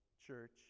church